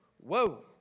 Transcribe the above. Whoa